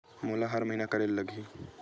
मोला हर महीना करे ल लगही?